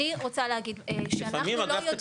אני רוצה להגיד שאנחנו לא יודעים --- לפעמים אגף